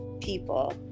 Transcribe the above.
people